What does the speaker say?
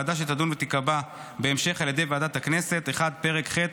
הוועדה שתדון תיקבע בהמשך על ידי ועדת הכנסת: פרק ח'